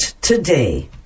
today